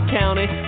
county